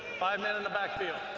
five men in the backfield,